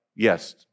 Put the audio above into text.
Yes